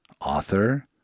author